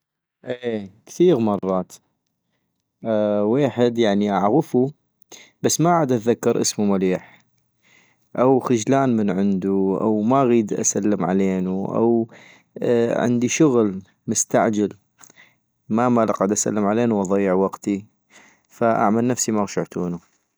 اي كثيغ مرات، ويحد يعني اعغفو بس ما عدذكر أسمو مليح -او خجلان من عندو - أو ما اغيد اسلم علينو - او عندي شغل مستعجل مال اقعد اسلم علينو واضيع وقتي ، فاعمل نفسي ماغشعتونو